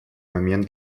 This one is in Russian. момент